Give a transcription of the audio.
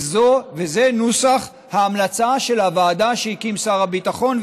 וזה נוסח ההמלצה של הוועדה שהקים שר הביטחון,